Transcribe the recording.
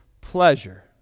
pleasure